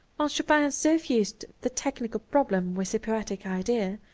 while chopin so fused the technical problem with the poetic idea,